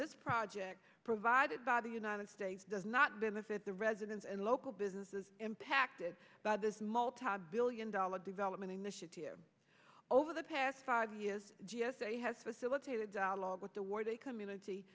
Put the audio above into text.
this project provided by the united states does not benefit the residents and local businesses impacted by this multibillion dollar development initiative over the past five years g s a has facilitated dialogue with the ward a community